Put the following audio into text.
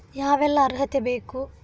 ಯಾವೆಲ್ಲ ಅರ್ಹತೆ ಬೇಕು?